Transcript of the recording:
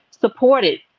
supported